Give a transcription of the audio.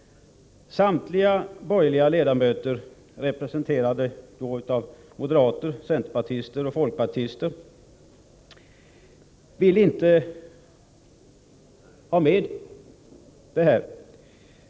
Samtliga borgerliga ledamöter — moderater, centerpartister och folkpartister — avstyrker regeringsförslaget i denna del.